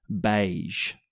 beige